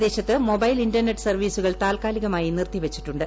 പ്രദേശത്ത് mobile internet സർവ്വീസുകൾ താൽക്കാലികമായി നിറുത്തിവച്ചിട്ടുണ്ട്